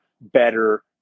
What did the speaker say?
better